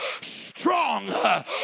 strong